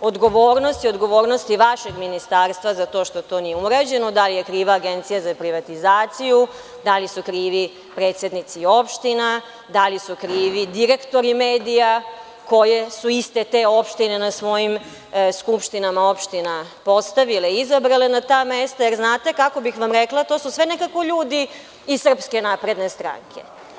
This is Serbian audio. odgovornosti, odgovornosti vašeg ministarstva za to što to nije urađeno, da li je kriva Agencija za privatizaciju, dali su krivi predsednici opština, da li su krivi direktori medija koje su iste te opštine na svojim skupštinama opština postavile i izabrale na ta mesta, jer znate, kako bih vam rekla, to su sve ljudi iz SNS.